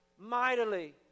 Mightily